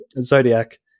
Zodiac